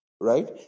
right